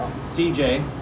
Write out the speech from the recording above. CJ